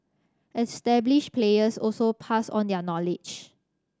established players also pass on their knowledge